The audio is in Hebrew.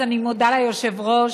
אני מודה ליושב-ראש,